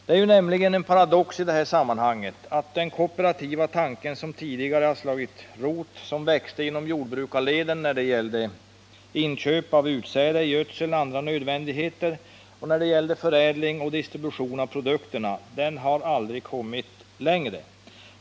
Det är nämligen en paradox i det här sammanhanget att den kooperativa tanken, som tidigt slog rot och växte inom jordbrukarleden när det gällde inköp av utsäde, gödsel och andra nödvändigheter och när det gällde förädling och distribution av produkterna, aldrig har kommit längre.